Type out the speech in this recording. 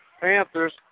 Panthers